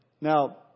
Now